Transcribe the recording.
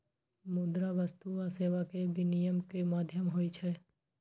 मुद्रा वस्तु आ सेवा के विनिमय के माध्यम होइ छै